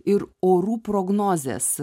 ir orų prognozės